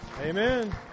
Amen